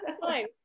fine